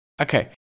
Okay